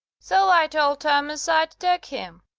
so i told thomas i'd take him.